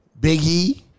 Biggie